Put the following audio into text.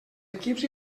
equips